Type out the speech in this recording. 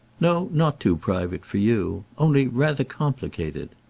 no, not too private for you. only rather complicated.